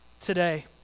today